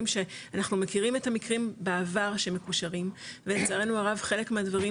שאנחנו מכירים את המקרים בעבר שמקושרים וצערנו הרב חלק מהדברים